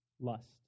Lust